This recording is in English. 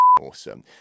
awesome